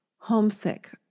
homesick